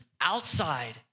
outside